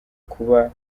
kuba